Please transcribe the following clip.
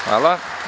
Hvala.